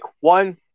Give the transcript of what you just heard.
one